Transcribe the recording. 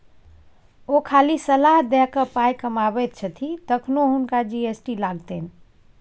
ओ खाली सलाह द कए पाय कमाबैत छथि तखनो हुनका जी.एस.टी लागतनि